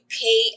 pay